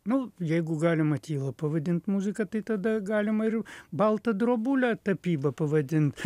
nu jeigu galima tylą pavadint muzika tai tada galima ir baltą drobulę tapyba pavadint